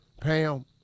Pam